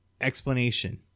explanation